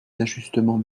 d’ajustement